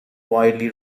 widely